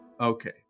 Okay